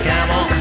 Camel